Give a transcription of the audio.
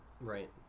Right